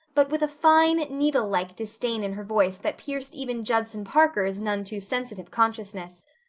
but with a fine, needle-like disdain in her voice that pierced even judson parker's none too sensitive consciousness.